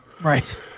Right